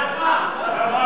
על מה?